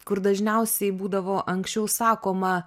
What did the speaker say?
kur dažniausiai būdavo anksčiau sakoma